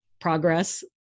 progress